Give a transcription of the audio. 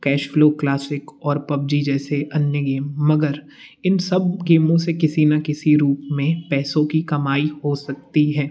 cash flow classic और PUBG जैसे अन्य गेम मगर इन सब गेमों से किसी ना किसी रूप में पैसों की कमाई हो सकती है